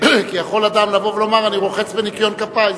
כי יכול אדם לבוא ולומר: אני רוחץ בניקיון כפי.